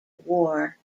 war